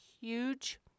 huge